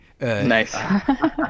Nice